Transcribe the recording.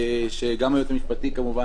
כשגם היועץ המשפטי כמובן,